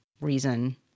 reason